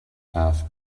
half